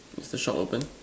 is the shop open